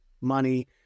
money